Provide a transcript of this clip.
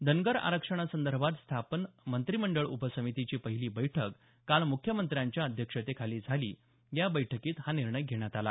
धनगर आरक्षणासंदर्भात स्थापन मंत्रिमंडळ उपसमितीची पहिली बैठक काल मुख्यमंत्र्यांच्या अध्यक्षतेखाली झाली या बैठकीत हा निर्णय घेण्यात आला